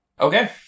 Okay